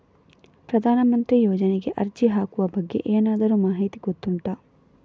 ಪ್ರಧಾನ ಮಂತ್ರಿ ಯೋಜನೆಗೆ ಅರ್ಜಿ ಹಾಕುವ ಬಗ್ಗೆ ಏನಾದರೂ ಮಾಹಿತಿ ಗೊತ್ತುಂಟ?